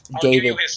David